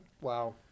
Wow